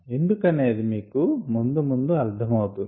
ఎందుకనేది మీకు ముందు ముందు అర్ధమవుతుంది